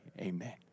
amen